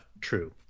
true